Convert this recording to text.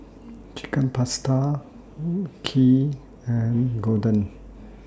Chicken Pasta Kheer and Gyudon